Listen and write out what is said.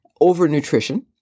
overnutrition